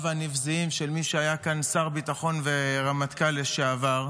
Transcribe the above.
הנבזיים של מי שהיה כאן שר ביטחון ורמטכ"ל לשעבר,